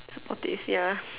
potassium